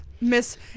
Miss